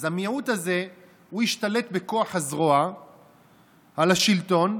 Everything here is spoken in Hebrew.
אז המיעוט הזה השתלט בכוח הזרוע על השלטון,